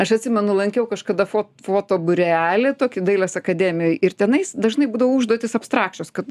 aš atsimenu lankiau kažkada fo fotobūrelį tokį dailės akademijoj ir tenais dažnai būdavo užduotys abstrakčios kad